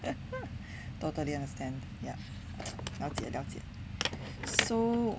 I totally understand ya 了解了解 so